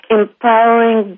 empowering